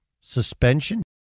suspension